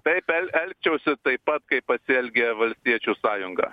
taip el elgčiausi taip pat kaip pasielgė valstiečių sąjunga